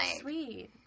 sweet